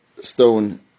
stone